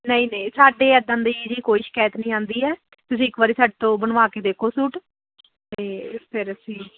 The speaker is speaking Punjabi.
ਨਹੀਂ ਨਹੀਂ ਸਾਡੇ ਇੱਦਾਂ ਦੀ ਜੀ ਕੋਈ ਸ਼ਿਕਾਇਤ ਨਹੀਂ ਆਉਂਦੀ ਹੈ ਤੁਸੀਂ ਇੱਕ ਵਾਰੀ ਸਾਡੇ ਤੋਂ ਬਣਵਾ ਕੇ ਦੇਖੋ ਸੂਟ ਅਤੇ ਫਿਰ ਅਸੀਂ